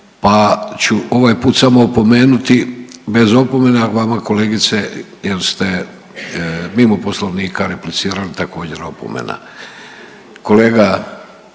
pa ću ovaj put samo opomenuti bez opomene, a vama kolegice jer ste mimo Poslovnika replicirali također opomena. Kolega